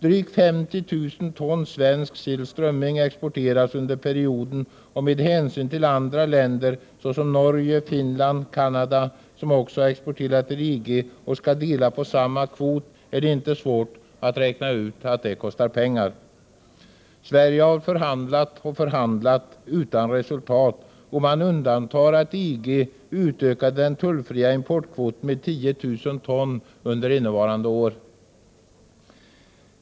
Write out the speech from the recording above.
Drygt 50 000 ton svensk sill/strömming exporteras under perioden, och med hänsyn till andra länder såsom Norge, Finland och Canada, som också exporterar till EG och skall dela på samma kvot, är det inte svårt att räkna ut att det kostar pengar. Sverige har förhandlat och förhandlat utan resultat, om man undantar att EG utökade den tullfria importkvoten med 10 000 ton innevarande år.